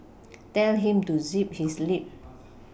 tell him to zip his lip